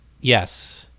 Yes